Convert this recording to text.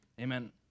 Amen